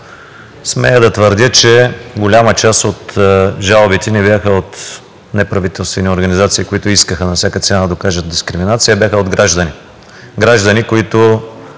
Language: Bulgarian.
Смея да твърдя, че голяма част от жалбите не бяха от неправителствени организации, които искаха на всяка цена да докажат дискриминация, а бяха от граждани